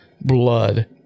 blood